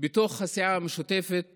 בתוך הסיעה המשותפת